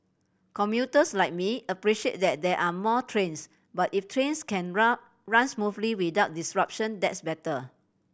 commuters like me appreciate that there are more trains but if trains can run run smoothly without disruption that's better